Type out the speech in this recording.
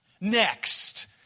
Next